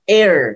air